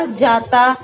तो हम क्या करे